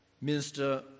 Minister